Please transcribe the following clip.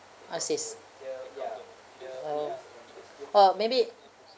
assist oh or maybe